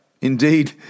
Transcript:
Indeed